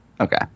Okay